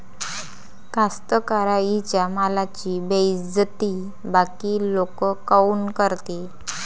कास्तकाराइच्या मालाची बेइज्जती बाकी लोक काऊन करते?